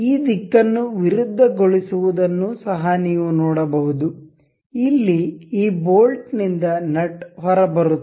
ಈ ದಿಕ್ಕನ್ನು ವಿರುದ್ಧ ಗೊಳಿಸುವುದನ್ನು ಸಹ ನೀವು ನೋಡಬಹುದು ಇಲ್ಲಿ ಈ ಬೋಲ್ಟ್ನಿಂದ ನಟ್ ಹೊರಬರುತ್ತದೆ